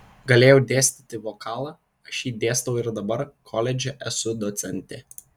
galėjau dėstyti vokalą aš jį dėstau ir dabar koledže esu docentė